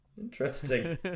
Interesting